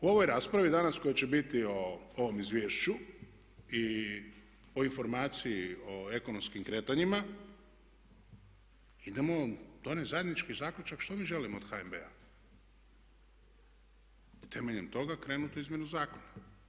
U ovoj raspravi danas koja će biti o ovom izvješću i o informaciji o ekonomskim kretanjima idemo donijeti zajednički zaključak što mi želimo od HNB-a i temeljem toga krenuti u izmjenu zakona.